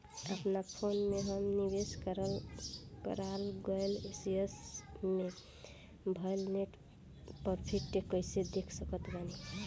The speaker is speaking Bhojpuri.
अपना फोन मे हम निवेश कराल गएल शेयर मे भएल नेट प्रॉफ़िट कइसे देख सकत बानी?